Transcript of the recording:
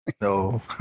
No